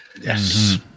yes